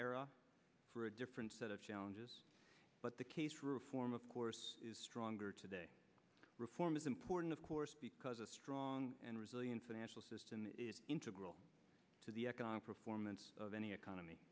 era for a different set of challenges but the case reform of course is stronger today reform is important of course because a strong and resilient financial system is integral to the economic performance of any economy